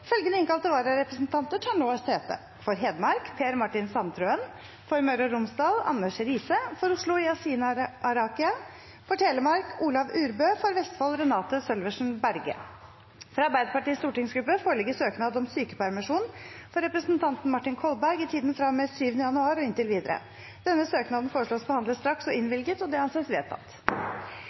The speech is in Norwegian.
Følgende innkalte vararepresentanter tar nå sete: For Hedmark: Per Martin Sandtrøen For Møre og Romsdal: Anders Riise For Oslo: Yassine Arakia For Telemark: Olav Urbø For Vestfold: Renate Sølversen Berge Fra Arbeiderpartiets stortingsgruppe foreligger søknad om sykepermisjon for representanten Martin Kolberg i tiden fra og med 7. januar og inntil videre. Etter forslag fra presidenten ble enstemmig besluttet: Søknaden behandles straks og